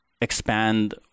expand